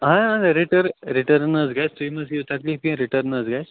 رِٹٲر رِٹٲرٕن حظ گَژھِ تُہۍ مٔہ حظ ہیٚیِو تکلیٖف کیٚنٛہہ رِٹٲرٕن حظ گژھِ